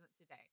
today